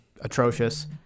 atrocious